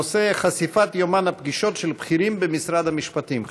הנושא: חשיפת יומן הפגישות של בכירים במשרד המשפטים.